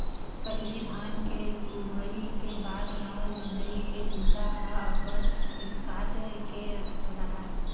पहिली धान के लुवई के बाद म मिंजई के बूता ह अब्बड़ पिचकाट के राहय